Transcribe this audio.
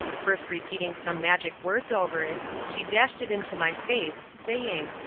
first repeating some magic words over it, she dashed it into my face saying,